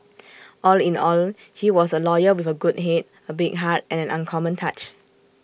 all in all he was A lawyer with A good Head A big heart and an uncommon touch